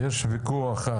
יש ויכוח.